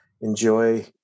enjoy